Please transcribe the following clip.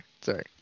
Sorry